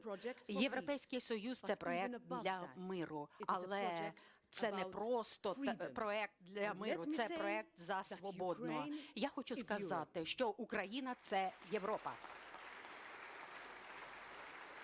Європейський Союз – це проект для миру, але це не просто проект для миру, це проект за свободу. Я хочу сказати, що Україна – це Європа!